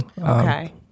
Okay